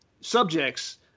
subjects